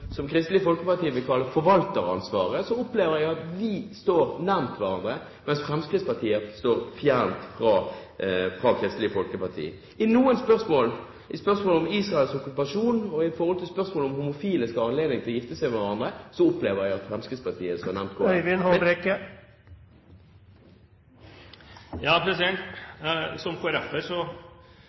Kristelig Folkeparti vil kalle forvalteransvaret, opplever jeg at vi står nærme hverandre, mens Fremskrittspartiet står fjernet fra Kristelig Folkeparti. I noen spørsmål, i spørsmålet om Israels okkupasjon og i spørsmålet om homofile skal ha anledning til å gifte seg med hverandre, opplever jeg at Fremskrittspartiet står nærmere Kristelig Folkeparti. Som